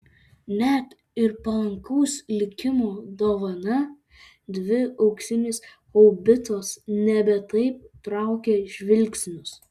net ir palankaus likimo dovana dvi auksinės haubicos nebe taip traukė žvilgsnius